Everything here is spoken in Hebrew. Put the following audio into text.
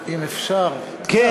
אם אפשר קצת יותר שקט.